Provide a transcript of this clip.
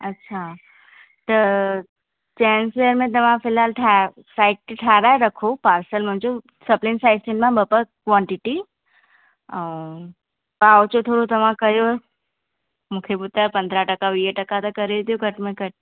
अच्छा त gents wear में तव्हां फ़िलहाल ठा सैट ठाराए रखो पार्सल मुंहिंजो सभिनिनि साइजिनि मां ॿ ॿ क्वॉंटिटी ऐं भाव जो थोरो तव्हां कयव मूंखे ॿुधायो पंद्रहं टका वीह टका त करे ॾियो घटि में घटि